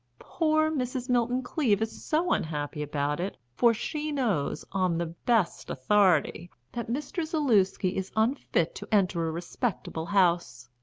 poor mrs. milton-cleave is so unhappy about it, for she knows, on the best authority, that mr. zaluski is unfit to enter a respectable house.